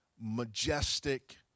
majestic